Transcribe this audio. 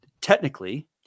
Technically